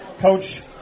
Coach